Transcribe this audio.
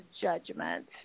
judgment